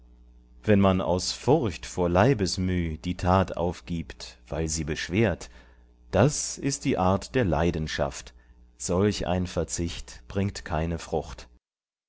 wenn man aus furcht vor leibesmüh die tat aufgibt weil sie beschwert das ist die art der leidenschaft solch ein verzicht bringt keine frucht